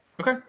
Okay